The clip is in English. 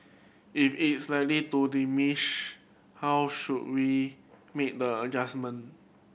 if it's likely to diminish how should we make the adjustment